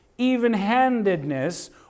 even-handedness